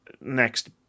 next